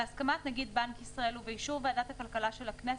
בהסכמת נגיד בנק ישראל ובאישור ועדת הכלכלה של הכנסת,